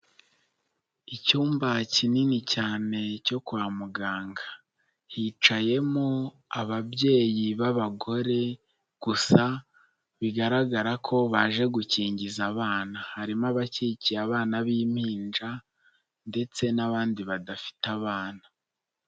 Icyumba kinini cyane cyo kwa muganga. Hicayemo ababyeyi b'abagore gusa bigaragara ko baje gukingiza abana, harimo abakikiye abana b'impinja ndetse n'abandi badafite abana.